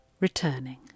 Returning